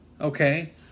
Okay